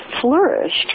flourished